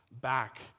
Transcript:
back